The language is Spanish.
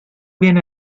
viene